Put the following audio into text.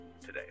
today